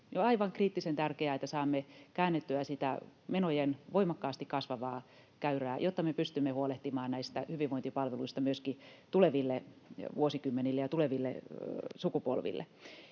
on aivan kriittisen tärkeää, että saamme käännettyä sitä menojen voimakkaasti kasvavaa käyrää, jotta me pystymme huolehtimaan näistä hyvinvointipalveluista myöskin tuleville vuosikymmenille ja tuleville sukupolville.